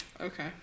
Okay